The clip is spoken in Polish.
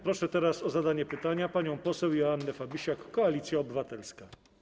Proszę teraz o zadanie pytania panią poseł Joannę Fabisiak, Koalicja Obywatelska.